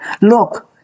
look